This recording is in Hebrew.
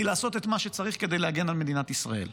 לעשות את מה שצריך כדי להגן על מדינת ישראל.